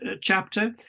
chapter